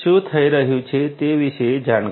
શું થઈ રહ્યું છે તે વિશે જાણકારી